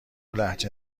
لهجه